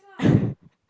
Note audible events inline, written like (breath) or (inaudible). (breath)